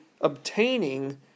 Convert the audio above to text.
obtaining